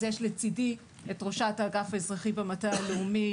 אז יש לצידי את ראשת האגף האזרחי במטה הלאומי,